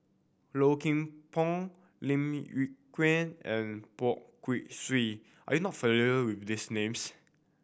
Low Kim Pong Lim Yew Kuan and Poh Kay Swee are you not with these names